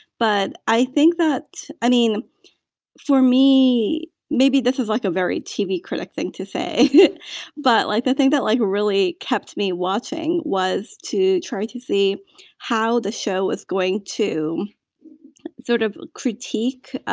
but i think that i mean for me maybe this is like a very tv critic thing to say but like the thing that like really kept me watching was to try to see how the show was going to sort of critique